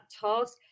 task